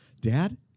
Dad